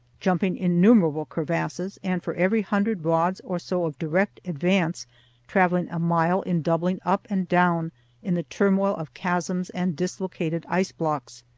jumping innumerable crevasses, and for every hundred rods or so of direct advance traveling a mile in doubling up and down in the turmoil of chasms and dislocated ice-blocks.